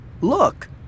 Look